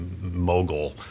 mogul